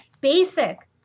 basic